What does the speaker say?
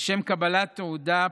לשם קבלת תעודה,